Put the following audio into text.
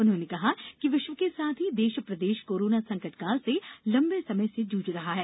उन्होंने कहा कि विश्व के साथ ही देश प्रदेश कोरोना संकटकाल से लम्बे समय जूझ रहा है